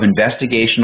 investigational